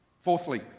Fourthly